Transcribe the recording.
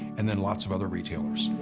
and then lots of other retailers.